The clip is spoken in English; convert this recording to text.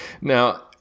now